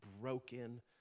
broken